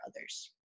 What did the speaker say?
others